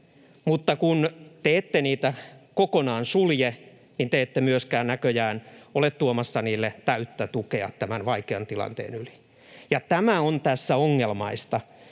Mutta kun te ette niitä kokonaan sulje, niin näköjään te ette myöskään ole tuomassa niille täyttä tukea tämän vaikean tilanteen yli — ja tämä on tässä ongelmaista.